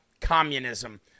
communism